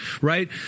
right